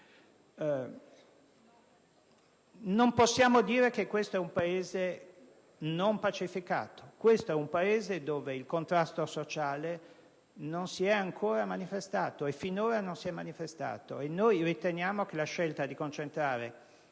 Non possiamo dire che questo è un Paese non pacificato. Questo è un Paese dove il contrasto sociale non si è manifestato finora e noi riteniamo che la scelta di concentrare